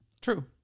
True